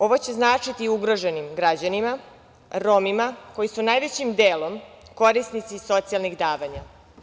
Ovo će značiti ugroženim građanima, Romima koji su najvećim delom korisnici socijalnih davanja.